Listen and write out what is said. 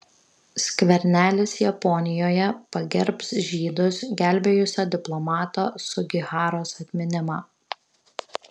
skvernelis japonijoje pagerbs žydus gelbėjusio diplomato sugiharos atminimą